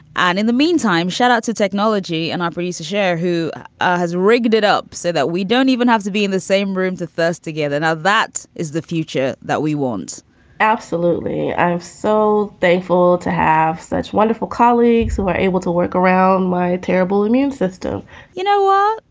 and in the meantime, shut out to technology and operatives. cher, who has rigged it up so that we don't even have to be in the same room the first together now. that is the future that we want absolutely. i'm so thankful to have such wonderful colleagues who are able to work around my terrible immune system you know what?